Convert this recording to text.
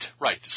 right